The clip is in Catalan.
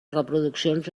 reproduccions